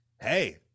hey